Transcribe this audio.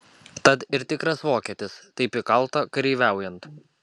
tad ir tikras vokietis taip įkalta kareiviaujant